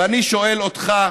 ואני שואל אותך,